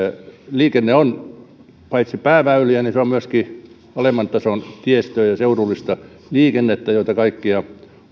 liikenne on paitsi pääväyliä niin se on myöskin alemman tason tiestöä ja seudullista liikennettä joita kaikkia